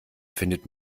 findet